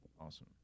awesome